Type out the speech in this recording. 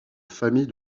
famille